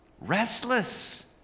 Restless